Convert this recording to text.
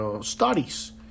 studies